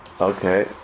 Okay